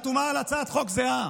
את חתומה על הצעת חוק זהה,